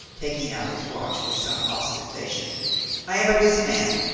taking out his watch with some ostentation i am a busy man